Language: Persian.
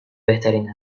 بهترین